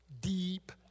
deep